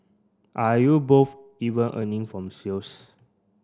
are you both even earning from sales